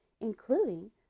including